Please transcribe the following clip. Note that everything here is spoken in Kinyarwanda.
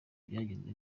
byagenze